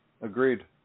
Agreed